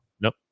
Nope